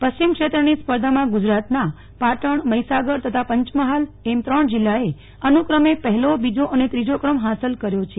પશ્વિમ ક્ષેત્રની સ્પર્ધામાં ગુજરાતના પાટણ મહિસાગર તથા પંચમહાલ એમ ત્રણ જિલ્લાએ અનુક્રમે પહેલો બીજો અને ત્રીજો ક્રમ હાંસલ કર્યો છે